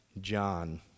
John